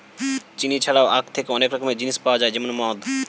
চিনি ছাড়াও আখ থেকে অনেক রকমের জিনিস পাওয়া যায় যেমন মদ